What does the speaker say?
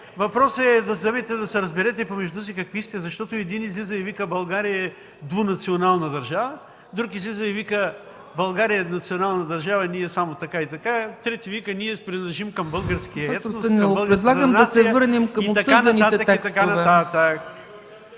Въпросът е да се разберете помежду си какви сте, защото един излиза и вика: „България е двунационална държава”, друг излиза и вика: „България е еднонационална държава и ние само така и така...”, трети вика: „Ние принадлежим към българския етнос и българската нация” и така нататък.